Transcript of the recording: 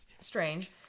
strange